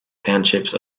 townships